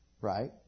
Right